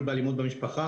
מהטיפול באלימות במשפחה.